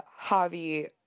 Javi